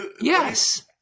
Yes